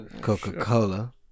Coca-Cola